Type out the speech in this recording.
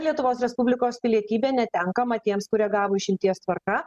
lietuvos respublikos pilietybė netenkama tiems kurie gavo išimties tvarka